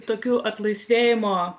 tokiu atlaisvėjimo